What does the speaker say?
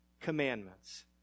commandments